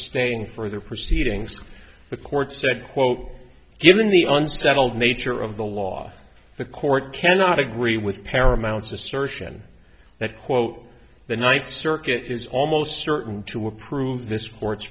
stating further proceedings the court said quote given the unsettled nature of the law the court cannot agree with paramount's assertion that quote the ninth circuit is almost certain to approve this